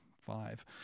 five